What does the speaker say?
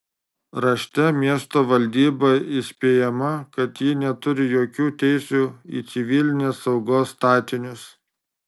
rašte miesto valdyba įspėjama kad ji neturi jokių teisių į civilinės saugos statinius